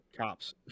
cops